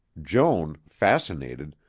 joan, fascinated,